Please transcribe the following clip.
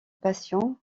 patient